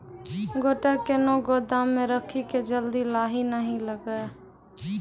गोटा कैनो गोदाम मे रखी की जल्दी लाही नए लगा?